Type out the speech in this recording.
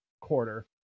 quarter